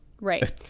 Right